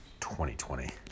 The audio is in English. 2020